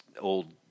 old